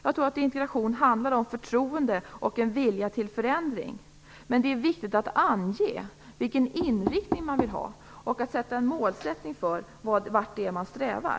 Jag tror att integration handlar om förtroende och en vilja till förändring. Men det är viktigt att ange vilken inriktning man vill ha och att ha en målsättning för vart man strävar.